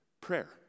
Prayer